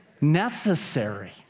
necessary